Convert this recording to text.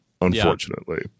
unfortunately